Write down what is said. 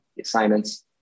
assignments